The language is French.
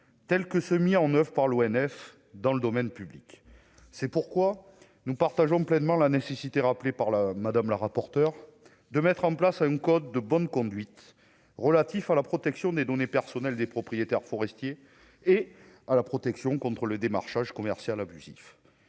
tels que ceux mis en oeuvre par l'ONF dans le domaine public, c'est pourquoi nous partageons pleinement la nécessité rappelée par le madame la rapporteure de mettre en place un code de bonne conduite, relatif à la protection des données personnelles des propriétaires forestiers et à la protection contre le démarchage commercial abusif,